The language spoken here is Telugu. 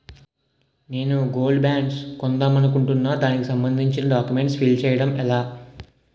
నేను గోల్డ్ బాండ్స్ కొందాం అనుకుంటున్నా దానికి సంబందించిన డాక్యుమెంట్స్ ఫిల్ చేయడం ఎలా?